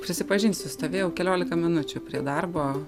prisipažinsiu stovėjau keliolika minučių prie darbo